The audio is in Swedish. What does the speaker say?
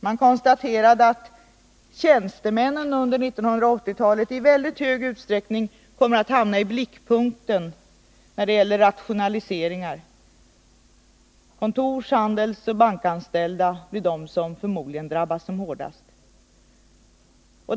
Man konstaterade att tjänstemännen under 1980-talet i väldigt stor utsträckning kommer att hamna i blickpunkten när det gäller rationaliseringar. Kontors-, handelsoch bankanställda blir förmodligen de som drabbas hårdast.